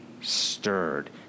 stirred